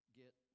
get